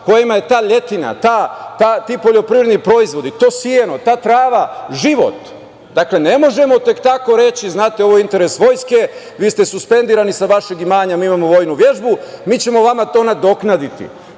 kojima je ta letina, ti poljoprivredni proizvodi, to seno, ta trava, život. Dakle, ne možemo tek tako reći, znate ovo je interes vojske, vi ste suspendirani sa vašeg imanja, mi imamo vojnu vežbu, mi ćemo vama to nadoknaditi.